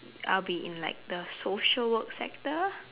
I'll be in like the social work sector